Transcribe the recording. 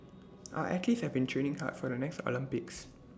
our athletes have been training hard for the next Olympics